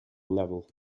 level